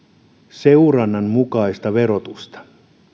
seurannan mukaista verotusta